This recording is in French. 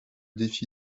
défi